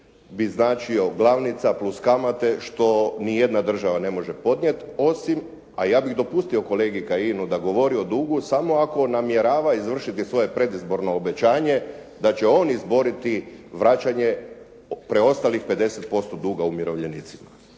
bi značio glavnica plus kamate što ni jedna država ne može podnijeti, osim, a ja bih dopustio kolegi Kajinu da govori o dugu samo ako namjerava izvršiti svoje predizborno obećanje da će on izboriti vraćanje preostalih 50% duga umirovljenicima.